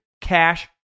Cash